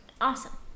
Awesome